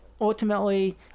ultimately